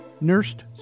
nursed